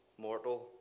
mortal